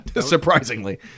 Surprisingly